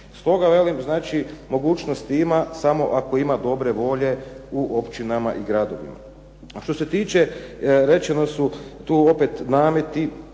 Stoga velim znači mogućnosti ima samo ako ima dobre volje u općinama i gradovima. A što se tiče, rečeni su tu opet nameti,